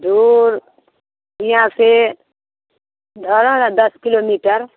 दूर यहाँसँ धरू ने दस किलोमीटर